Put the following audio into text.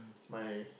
my